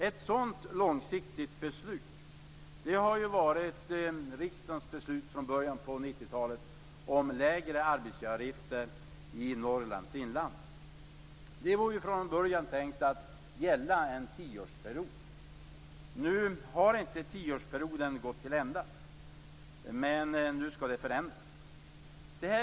Ett sådant långsiktigt beslut har varit det beslut som riksdagen fattade i början av 90-talet om lägre arbetsgivaravgifter i Norrlands inland. Det var från början tänkt att gälla i en tioårsperiod. Nu har inte denna tioårsperiod gått till ända, men nu skall beslutet ändras.